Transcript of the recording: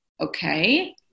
Okay